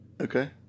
Okay